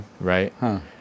Right